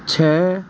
छः